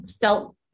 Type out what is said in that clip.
felt